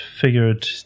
figured